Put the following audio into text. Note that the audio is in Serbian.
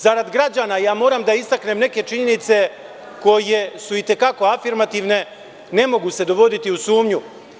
Zarad građana, moram da istaknem neke činjenice koje su i te kako afirmativne, ne mogu se dovoditi u sumnju.